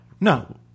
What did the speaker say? No